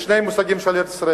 יש שני מושגים של ארץ-ישראל.